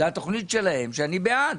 זה התוכנית שלהם שאני בעד.